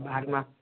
ବାହାର୍ମା